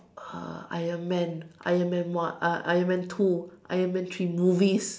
uh Iron man Iron man one uh Iron man two Iron man three movies